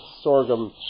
sorghum